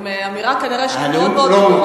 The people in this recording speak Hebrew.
עם אמירה שהיא כנראה מאוד מאוד ברורה,